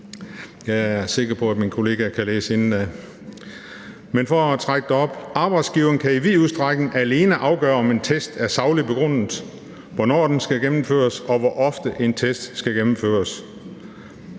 Jeg er sikker på, at mine kollegaer kan læse indenad, men jeg vil trække det op her: Arbejdsgiveren kan i vid udstrækning alene afgøre, om en test er sagligt begrundet, hvornår den skal gennemføres, og hvor ofte en test skal gennemføres.